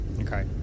Okay